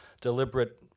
deliberate